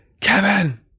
Kevin